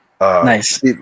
nice